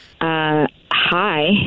Hi